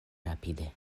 rapide